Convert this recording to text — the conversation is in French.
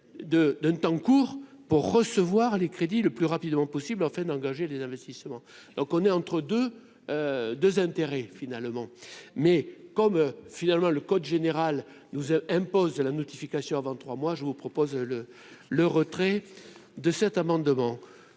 de temps court pour recevoir les crédits le plus rapidement possible afin d'engager des investissements, donc on est entre deux deux intérêt finalement mais comme finalement le code général nous impose la notification à 23 moi je vous propose le le retrait de cet amendement